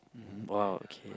!wow! okay